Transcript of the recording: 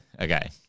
Okay